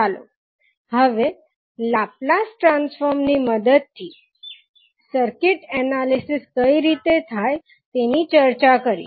ચાલો હવે Laplace transform ની મદદથી સર્કિટ એનાલિસિસ કઈ રીતે થાય તેની ચર્ચા કરીએ